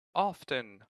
often